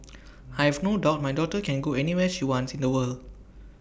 I have no doubt my daughter can go anywhere she wants in the world